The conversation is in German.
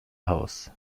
haus